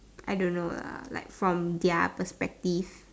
I don't know lah like from their perspective